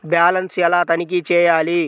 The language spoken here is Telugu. బ్యాలెన్స్ ఎలా తనిఖీ చేయాలి?